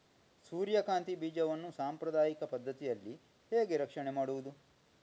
ಸೂರ್ಯಕಾಂತಿ ಬೀಜವನ್ನ ಸಾಂಪ್ರದಾಯಿಕ ಪದ್ಧತಿಯಲ್ಲಿ ಹೇಗೆ ರಕ್ಷಣೆ ಮಾಡುವುದು